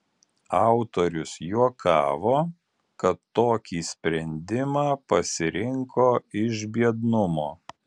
autorius juokavo kad tokį sprendimą pasirinko iš biednumo